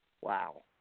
Wow